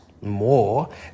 more